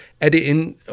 editing